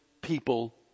people